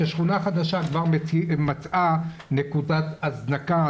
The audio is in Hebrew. ששכונה חדשה כבר מצאה נקודת הזנקה,